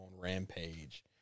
rampage